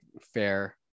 fair